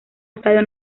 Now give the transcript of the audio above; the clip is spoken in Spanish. estadio